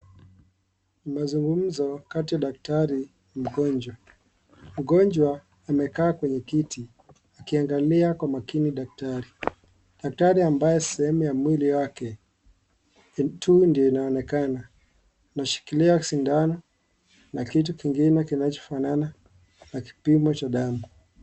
Mazungumzo kati ya daktari na mgonjwa. Mgonjwa amekaa kwenye kiti akiangalia kwa makini daktari. Daktari ambaye sehemu ya mwili wake tu ndio inaonekana. Anashikilia sindano na kitu kingine kinachofanana na kipimo cha damu.